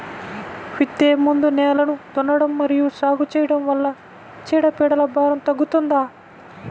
విత్తే ముందు నేలను దున్నడం మరియు సాగు చేయడం వల్ల చీడపీడల భారం తగ్గుతుందా?